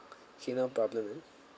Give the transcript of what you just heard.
okay no problem ma'am